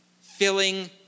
filling